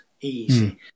Easy